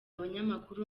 abanyamakuru